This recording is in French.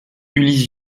ulysse